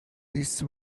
this